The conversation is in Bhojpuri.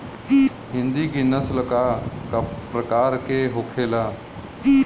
हिंदी की नस्ल का प्रकार के होखे ला?